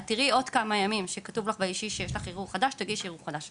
ושבעוד כמה ימים אראה שיש ערעור חדש ואז אגיש ערעור חדש.